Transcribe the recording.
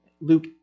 Luke